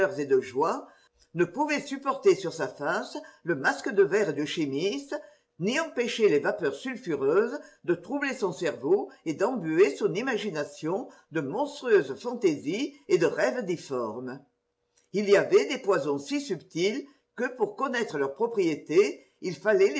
et de joies ne pouvait supporter sur sa face le masque de verre du chimiste ni empêcher les vapeurs sulfureuses de troubler son cerveau et d'embuer son imagination de monstrueuses fantaisies et de rêves difformes il y avait des poisons si subtils que pour connaître leurs propriétés il fallait